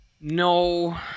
No